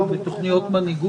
על תוכניות מנהיגות,